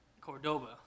Cordoba